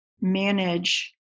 manage